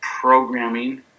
programming